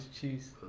cheese